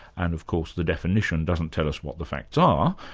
and of course the definition doesn't tell us what the facts are,